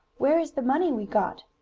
where is the money we got?